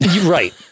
right